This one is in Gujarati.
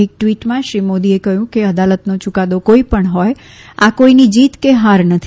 એક ટવીટમાં શ્રી મોદીએ કહયું કે અદાલતનો યુકાદો કોઇ પણ હોય આ કોઇની જીત કે હાર નથી